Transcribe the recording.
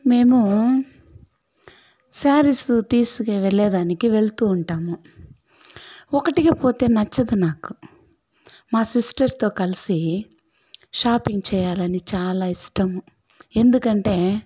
మేము శారీస్ తీసుకు వెళ్లే దానికి వెళుతూ ఉంటాము ఒకటిగా పోతే నచ్చదు నాకు మా సిస్టర్తో కలిసి షాపింగ్ చేయాలని చాలా ఇష్టం ఎందుకంటే